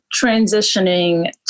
transitioning